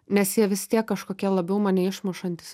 nes jie vistiek kažkokie labiau mane išmušantys